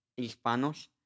hispanos